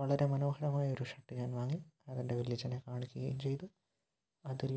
വളരെ മനോഹരമായൊരു ഷർട്ട് ഞാൻ വാങ്ങി അതെന്റെ വലിയച്ഛൻ കാണിക്കുകയും ചെയ്തു അതിൽ